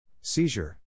Seizure